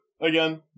again